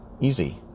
Easy